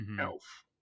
elf